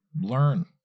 learn